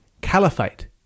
caliphate